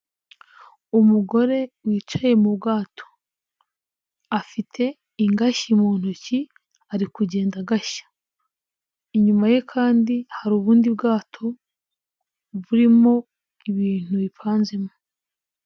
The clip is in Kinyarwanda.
Umugore wicaye mu bwato afite ingashyi mu ntoki, ari kugenda agashya. Inyuma ye kandi hari ubundi bwato burimo ibintu bipanzemo.